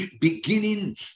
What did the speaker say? beginning